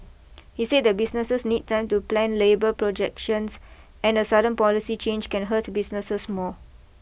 he said that businesses need time to plan labour projections and a sudden policy change can hurt businesses more